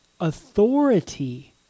authority